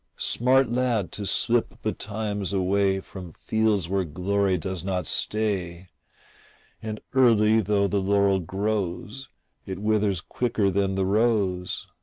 smart lad, to slip betimes away from fields where glory does not stay and early though the laurel grows it withers quicker than the rose.